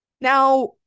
Now